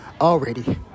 already